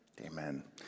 amen